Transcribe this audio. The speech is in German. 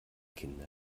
kinder